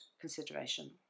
consideration